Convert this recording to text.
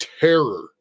terror